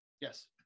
Yes